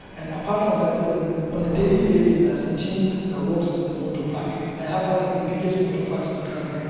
and apart from that even on a daily basis there is a team that works in the motor park. i have one of the biggest motor parks in kano,